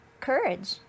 courage